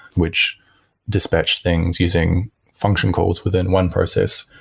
which dispatched things using function calls within one process,